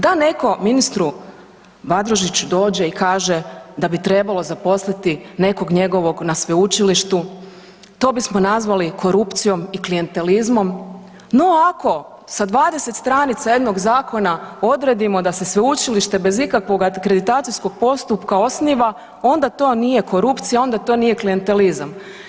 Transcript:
Da neko ministru Banožiću dođe i kaže da bi trebalo zaposliti nekog njegovog na sveučilištu, to bismo nazvali korupcijom i klijentelizmom no ako sa 20. str. jednog zakona odredimo da se sveučilište bez ikakvoga akreditacijskog postupka osniva, onda to nije korupcija, onda to nije klijentelizam.